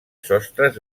sostres